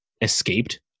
escaped